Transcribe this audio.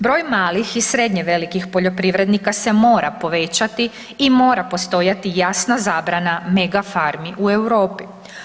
Broj malih i srednje velikih poljoprivrednika se mora povećati i mora postojati jasna zarada megafarmi u Europi.